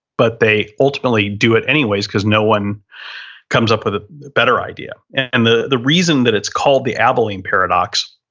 but they ultimately do it anyways, because no one comes up with a better idea and the the reason that it's called the abilene paradox,